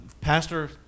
pastor